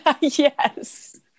Yes